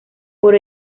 por